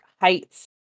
Heights